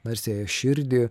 narsiąją širdį